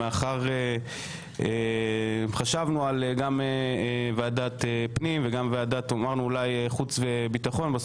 מאחר שחשבנו גם על ועדת הפנים וגם על ועדת החוץ והביטחון,